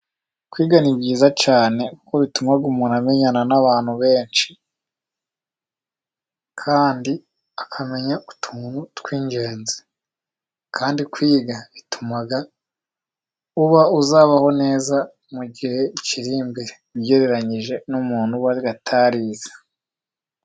Kwiga ni byiza cyane kuko bituma amenyana n'abantu benshi, kandi akamenya utuntu tw'ingenzi ,kandi kwiga bituma uba uzabaho neza mu gihe kiri imbere ,ugereranyije umuntu uba utarize.